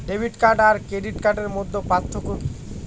Debit card আর credit কার্ডের মধ্যে পার্থক্য কি?